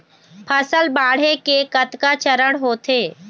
फसल बाढ़े के कतका चरण होथे?